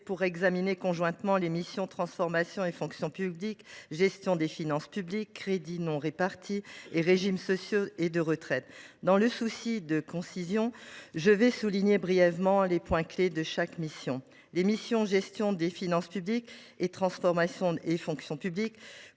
pour examiner conjointement les missions « Transformation et fonction publiques »,« Gestion des finances publiques »,« Crédits non répartis » et « Régimes sociaux et de retraite ». Dans un souci de concision, je vais souligner brièvement les points clés de chaque mission. Les missions « Gestion des finances publiques » et « Transformation et fonction publiques